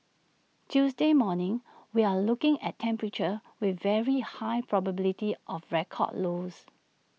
Tuesday morning we're looking at temperatures with very high probability of record lows